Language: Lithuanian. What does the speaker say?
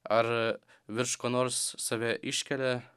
ar virš ko nors save iškelia